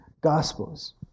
Gospels